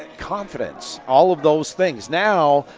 confidence. all of those things. now,